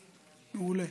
מעולה.